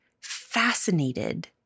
fascinated